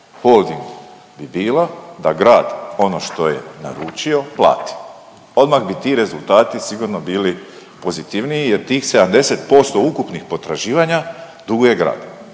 Holdingu bi bila da grad ono što je naručio plati, odmah bi ti rezultati sigurno bili pozitivniji jer tih 70% ukupnih potraživanja duguje grad